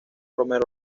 romero